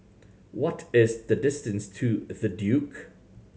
what is the distance to The Duke